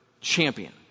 champion